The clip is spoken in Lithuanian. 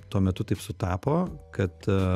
tuo metu taip sutapo kad